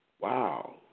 Wow